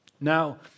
Now